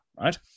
right